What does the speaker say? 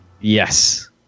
Yes